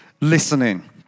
listening